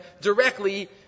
directly